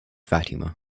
fatima